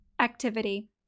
Activity